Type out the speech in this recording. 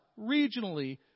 regionally